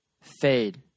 fade